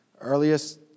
Earliest